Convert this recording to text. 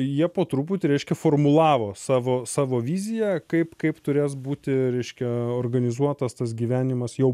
jie po truputį reiškia formulavo savo savo viziją kaip kaip turės būti reiškia organizuotas tas gyvenimas jau